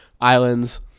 islands